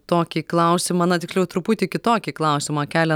tokį klausimą na tiksliau truputį kitokį klausimą kelia